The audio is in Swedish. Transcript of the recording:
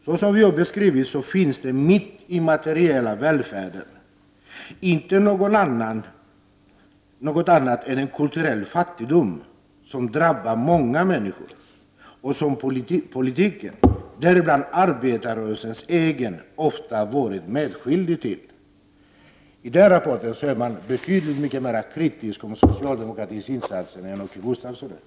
”Såsom vi har beskrivit finns det mitt i den materiella välfärden inte något annat än en kulturell fattigdom som drabbar många människor och som politiken, däribland arbetarrörelsens egen, ofta varit medskyldig till.” I denna rapport är man betydligt mera kritisk mot socialdemokratins insatser än vad Åke Gustavsson är.